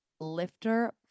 lifter